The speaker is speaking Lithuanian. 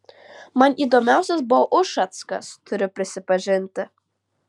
man įdomiausias buvo ušackas turiu prisipažinti